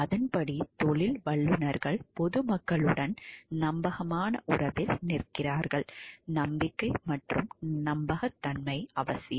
அதன்படி தொழில் வல்லுநர்கள் பொதுமக்களுடன் நம்பகமான உறவில் நிற்கிறார்கள் நம்பிக்கை மற்றும் நம்பகத்தன்மை அவசியம்